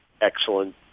excellent